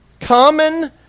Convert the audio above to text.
common